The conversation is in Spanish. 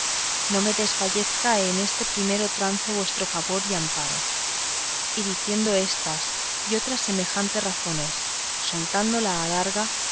no me desfallezca en este primero trance vuestro favor y amparo y diciendo estas y otras semejantes razones soltando la adarga